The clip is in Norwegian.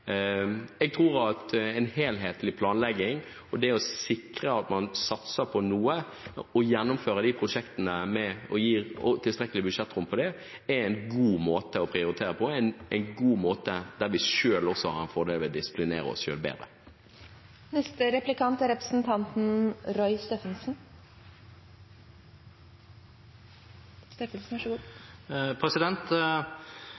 Jeg tror at en helhetlig planlegging – det å sikre at når man satser på noe, gjennomfører man prosjektene og gir tilstrekkelig budsjettrom for det – er en god måte å prioritere på, en god måte, der vi også har en fordel av å disiplinere oss